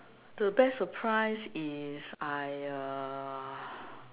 the best surprise is I uh